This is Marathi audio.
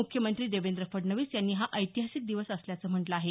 मुख्यमंत्री देवेंद्र फडणवीस यांनी हा ऐतिहासिक दिवस असल्याचं म्हटलं आहे